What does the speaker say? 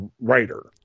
writer